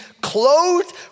clothed